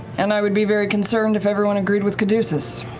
and i would be very concerned if everyone agreed with caduceus.